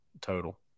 total